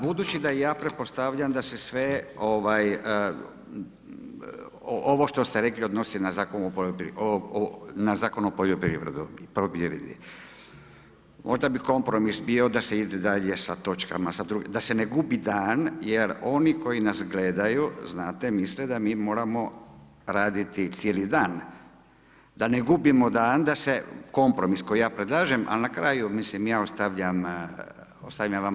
Budući da ja pretpostavljam da se sve ovo što ste rekli odnosi na Zakon o poljoprivredi, možda bi kompromis bio da se ide dalje sa točkama, da se ne gubi dan jer oni koji nas gledaju znate misle da mi moramo raditi cijeli dan, da ne gubimo dan da se kompromis koji ja predlažem ali na kraju mislim ja ostavljam vama.